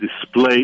display